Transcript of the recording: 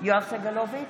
יואב סגלוביץ'